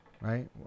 right